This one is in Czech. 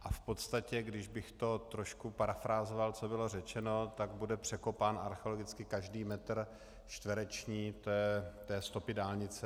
V podstatě kdybych trošku parafrázoval, co bylo řečeno, tak bude překopán archeologicky každý metr čtvereční té stopy dálnice.